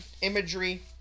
imagery